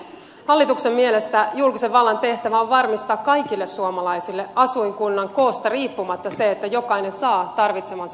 hallituksen mielestä julkisen vallan tehtävä on varmistaa kaikille suomalaisille asuinkunnan koosta riippumatta se että jokainen saa tarvitsemansa palvelut